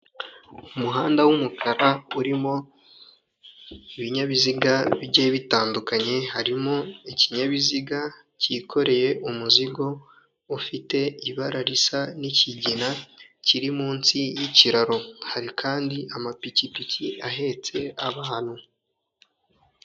Umuhanda w'umukara urimo ibinyabiziga bigiye bitandukanye, harimo ikinyabiziga cyikoreye umuzingo ufite ibara risa n'ikigina kiri munsi y'ikiraro. Hari kandi amapikipiki ahetse abantu.